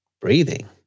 Breathing